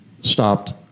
stopped